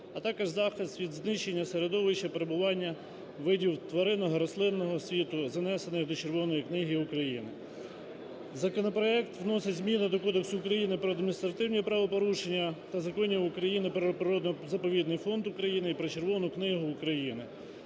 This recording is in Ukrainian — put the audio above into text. а також захист від знищення середовища перебування видів тваринного, рослинного світу, занесеного до "Червоної книги України". Законопроект вносить зміни до Кодексу України про адміністративні правопорушення та Законів України "Про природно-заповідний фонд України" і "Про Червону книгу України".